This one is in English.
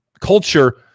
culture